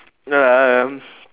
um